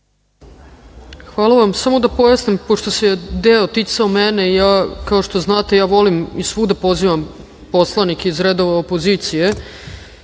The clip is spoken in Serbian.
Hvala vam. Samo da pojasnim pošto se deo ticao mene. Kao što znate, ja volim i svuda i pozivam poslanike iz redova opozicije,